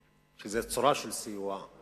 שזה צורה של סיוע,